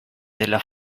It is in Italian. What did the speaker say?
della